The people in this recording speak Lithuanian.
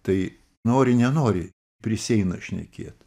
tai nori nenori prisieina šnekėt